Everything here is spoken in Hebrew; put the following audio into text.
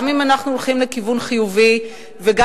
גם אם אנחנו הולכים לכיוון חיובי וגם